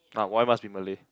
ah why must be Malay